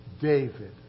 David